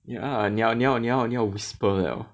ya 你要你要你要 whisper 了